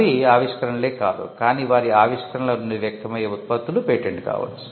అవి ఆవిష్కరణలే కాదు కానీ వారి ఆవిష్కరణల నుండి వ్యక్తమయ్యే ఉత్పత్తులు పేటెంట్ కావచ్చు